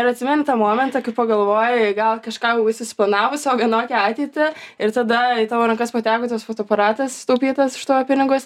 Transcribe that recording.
ar atsimeni tą momentą kai pagalvoji gal kažką jau esi suplanavusi o vienokią ateitį ir tada į tavo rankas pateko tas fotoaparatas sutaupytas už tavo pinigus